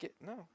no